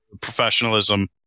professionalism